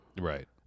right